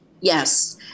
Yes